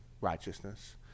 righteousness